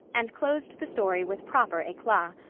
and closed the story with proper eclat.